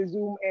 Zoom